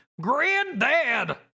Granddad